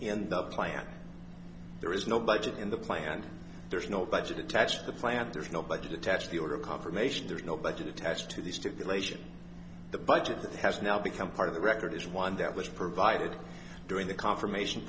the plan there is no budget in the plan there's no budget attached the plan there's no budget attached the order confirmation there is no budget attached to the stipulation the budget that has now become part of the record is one that was provided during the confirmation